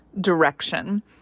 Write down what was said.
direction